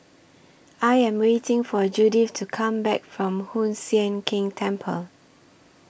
I Am waiting For Judith to Come Back from Hoon Sian Keng Temple